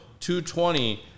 220